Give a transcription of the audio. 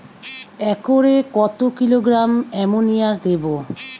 একরে কত kilogram ammonia দেবো?